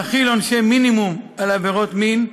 להחיל עונשי מינימום על עבירות מין,